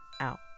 out